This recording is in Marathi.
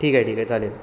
ठीक आहे ठीक आहे चालेल